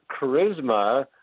charisma